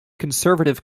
conservative